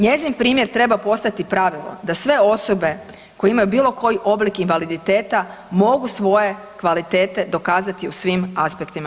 Njezin primjer treba postati pravilo da sve osobe koje imaju bilo koji oblik invaliditeta mogu svoje kvalitete dokazati u svim aspektima